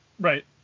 right